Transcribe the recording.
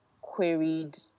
queried